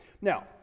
Now